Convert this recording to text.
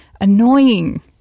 annoying